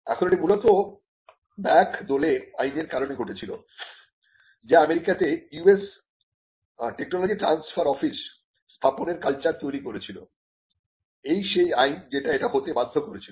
এখন এটি মূলত বায়খ দোলে আইনের কারণে ঘটেছিল যা আমেরিকাতে টেকনোলজি ট্রানস্ফার অফিস স্থাপনের কালচার তৈরি করেছিল এই সেই আইন যেটা এটা হতে বাধ্য করেছিল